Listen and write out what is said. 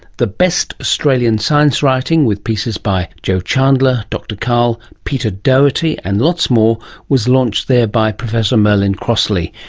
the best australian science writing, with pieces by jo chandler, dr karl, peter doherty and lots more was launched there by professor merlin crossley,